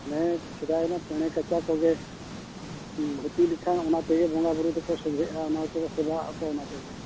ᱚᱱᱮ ᱥᱮᱫᱟᱭ ᱨᱮᱱᱟᱜ ᱯᱮᱬᱮ ᱠᱟᱪᱟ ᱠᱚᱜᱮ ᱫᱷᱩᱛᱤ ᱞᱮᱠᱷᱟᱱ ᱚᱱᱟ ᱛᱮᱜᱮ ᱵᱚᱸᱜᱟ ᱵᱩᱨᱩ ᱫᱚᱠᱚ ᱥᱚᱡᱷᱮᱜᱼᱟ ᱚᱱᱟ ᱠᱚ ᱥᱮᱵᱟ ᱟᱠᱚ ᱚᱱᱟ ᱛᱮᱜᱮ